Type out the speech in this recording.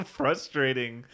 frustrating